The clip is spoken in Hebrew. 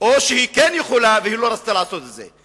או שהיא כן יכולה והיא לא רצתה לעשות את זה.